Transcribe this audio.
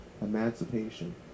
emancipation